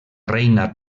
reina